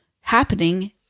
happening